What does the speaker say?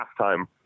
halftime